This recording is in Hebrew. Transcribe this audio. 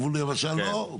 גבול יבשה לא,